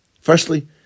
Firstly